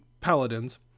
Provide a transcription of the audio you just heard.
paladins